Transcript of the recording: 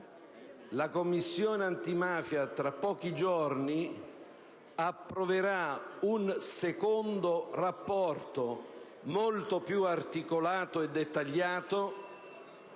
la Commissione antimafia, tra pochi giorni, approverà un secondo rapporto, molto più articolato e dettagliato....